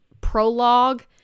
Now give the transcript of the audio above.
prologue